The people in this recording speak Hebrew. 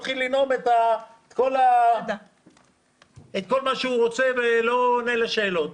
מתחיל לנאום את כל מה שהוא רוצה ולא עונה לשאלות.